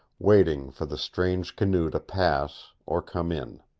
waiting for the strange canoe to pass or come in.